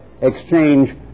exchange